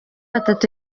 atatu